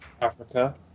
Africa